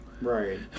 Right